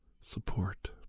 support